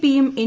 P യും N